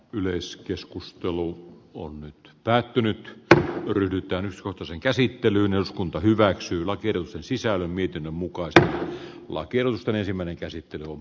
yleiskeskustelu on nyt päätynyt tähän ryhdytään kakkosen käsittelyyn eduskunta hyväksyy vakioidun sisällä miten mukaista lakeilta ensimmäinen käsittely on